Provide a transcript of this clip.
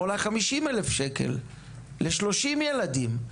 עולה 50,000 שקלים ל-30 ילדים.